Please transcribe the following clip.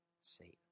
Satan